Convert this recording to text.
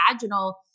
vaginal